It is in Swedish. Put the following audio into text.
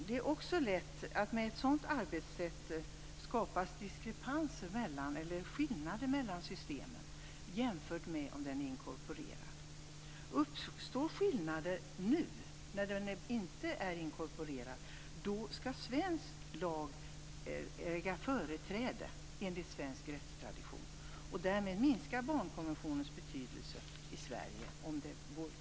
Det är lätt att det med ett sådant arbetssätt skapas diskrepanser, skillnader, mellan systemen jämfört med om barnkonventionen är inkorporerad. Om skillnader uppstår nu, när den inte är inkorporerad, skall svensk lag äga företräde; detta enligt svensk rättstradition. Om det går till på det sättet minskar alltså barnkonventionens betydelse i Sverige.